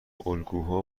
الگوها